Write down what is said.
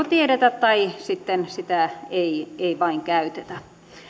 tiedetä tai sitten sitä ei ei vain käytetä